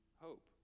hope